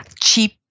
cheap